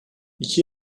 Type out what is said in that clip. i̇ki